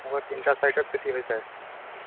এনেকুৱা তিনিটা চাৰিটাত চুটি হৈ যায়